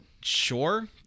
Sure